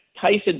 Tyson